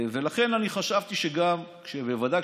ולכן אני חשבתי שבוודאי,